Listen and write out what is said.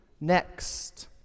next